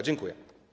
Dziękuję.